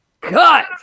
cut